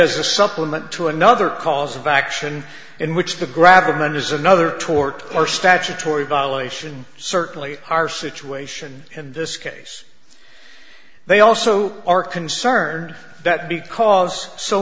as a supplement to another cause of action in which the gravel man is another tort or statutory violation certainly our situation in this case they also are concerned that because so